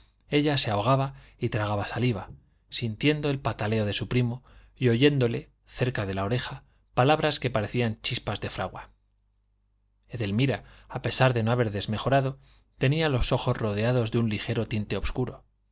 ella se ahogaba y tragaba saliva sintiendo el pataleo de su primo y oyéndole cerca de la oreja palabras que parecían chispas de fragua edelmira a pesar de no haber desmejorado tenía los ojos rodeados de un ligero tinte obscuro